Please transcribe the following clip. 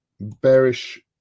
bearish